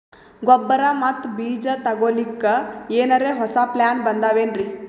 ಗೊಬ್ಬರ ಮತ್ತ ಬೀಜ ತೊಗೊಲಿಕ್ಕ ಎನರೆ ಹೊಸಾ ಪ್ಲಾನ ಬಂದಾವೆನ್ರಿ?